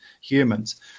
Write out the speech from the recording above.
humans